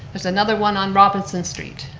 there's another one on robinson street.